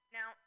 Now